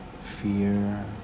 fear